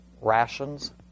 rations